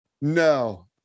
No